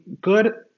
good